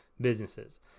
businesses